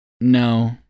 no